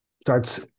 starts